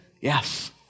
Yes